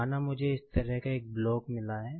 माना मुझे इस तरह का एक ब्लॉक मिला है